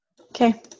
Okay